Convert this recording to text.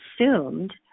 assumed